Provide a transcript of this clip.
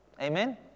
Amen